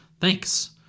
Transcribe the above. Thanks